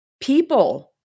people